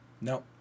No